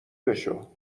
بشو